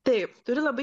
taip turi labai